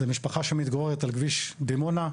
זו משפחה שמתגוררת על כביש דימונה.